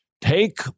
take